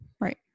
Right